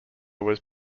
was